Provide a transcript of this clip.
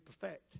perfect